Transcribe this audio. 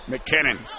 McKinnon